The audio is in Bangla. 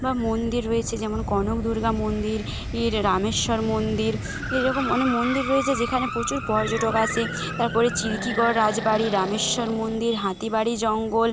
বা মন্দির রয়েছে যেমন কনক দুর্গা মন্দির ইর রামেশ্বর মন্দির এই রকম অনেক মন্দির রয়েছে যেখানে পচুর পর্যটক আসে তারপরে চিরকিগড় রাজবাড়ির রামেশ্বর মন্দির হাতিবাড়ি জঙ্গল